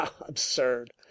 absurd